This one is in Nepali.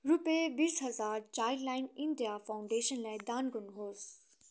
रुपिया बिस हजार चाइल्डलाइन इन्डिया फाउन्डेसनलाई दान गर्नुहोस्